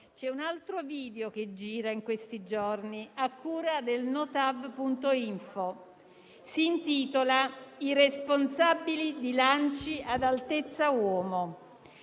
c'è un altro video che gira in questi giorni a cura del sito www.notav.info sui responsabili di lanci ad altezza uomo.